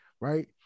right